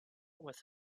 with